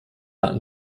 arten